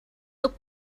tuk